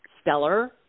Stellar